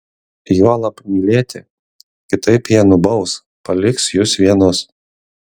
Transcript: juolab mylėti kitaip jie nubaus paliks jus vienus